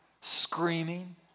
screaming